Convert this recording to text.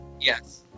Yes